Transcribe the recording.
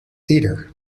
theatre